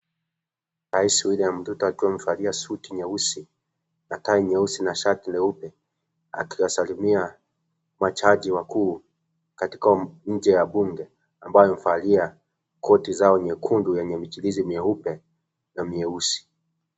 Rais William Ruto akiwa amevalia suti nyeusi , na tai nyeusi na shati nyeupe akiwasalimia majaji wakuu katika nje ya bunge ambayo amevalia koti zao nyekundu zenye michirizi mieupe na mieusi.